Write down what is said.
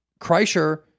Kreischer